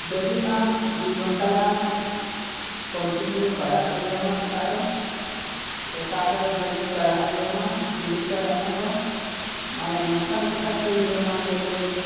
daily ᱟᱢ ᱫᱩᱭ ᱜᱷᱚᱱᱴᱟ ᱜᱟᱱ ᱠᱚᱱᱴᱤᱱᱤᱭᱩ ᱯᱟᱭᱨᱟᱜᱼᱛᱮ ᱦᱩᱭᱟᱢᱟ ᱥᱮᱛᱟᱜ ᱨᱮ ᱥᱮᱛᱟᱜ ᱨᱮ ᱰᱮᱞᱤ ᱯᱟᱭᱨᱟᱜ ᱦᱩᱭᱟᱢᱟ ᱡᱤᱞᱤᱧ ᱯᱟᱭᱨᱟᱜ ᱠᱷᱟᱱ ᱫᱚ ᱢᱟᱱᱮ ᱱᱚᱝᱠᱟᱱ ᱮᱠᱥᱟᱨᱥᱟᱭᱤᱡ ᱦᱩᱭᱟᱢᱟ ᱰᱮᱞᱤ